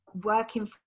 working